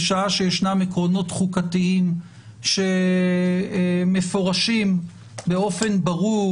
בשעה שישנם עקרונות חוקתיים שמפורשים באופן ברור